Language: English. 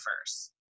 first